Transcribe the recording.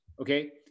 Okay